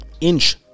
inch